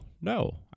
No